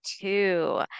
two